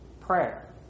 prayer